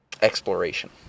exploration